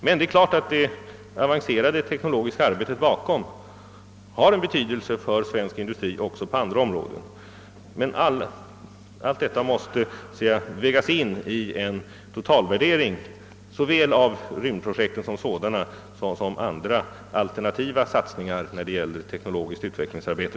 Men det är klart att det avancerade teknologiska arbetet bakom har en betydelse för svensk industri också på andra områden. Men allt detta måste, anser jag, vägas in i en totalvärdering av såväl rymdprojekten som sådana som alternativa satsningar när det gäller teknologiskt utvecklingsarbete.